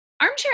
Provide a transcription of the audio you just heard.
Armchair